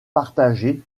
partagé